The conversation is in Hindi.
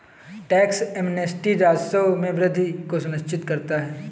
टैक्स एमनेस्टी राजस्व में वृद्धि को सुनिश्चित करता है